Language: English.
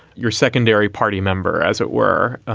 your secondary party member, as it were,